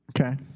Okay